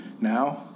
Now